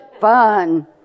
fun